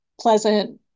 pleasant